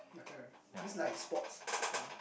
McLaren that's like sports car